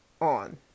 on